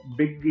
big